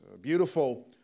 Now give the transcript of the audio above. beautiful